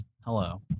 hello